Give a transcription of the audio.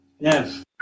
Yes